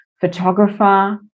photographer